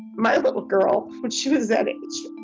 my little girl when she was that and